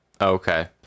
Okay